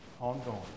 Ongoing